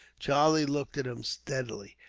charlie looked at him steadily.